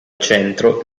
centro